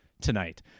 tonight